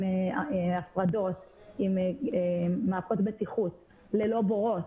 עם הפרדות, עם מערכות בטיחות, ללא בורות.